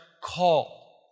called